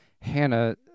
Hannah